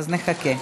אז נחכה.